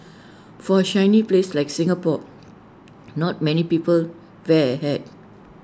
for A sunny place like Singapore not many people wear A hat